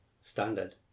standard